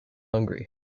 hungry